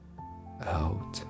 out